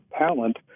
talent